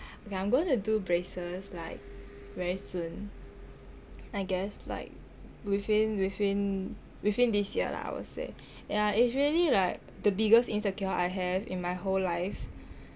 okay I'm gonna do braces like very soon I guess like within within within this year lah I will say yah it's really like the biggest insecure I have in my whole life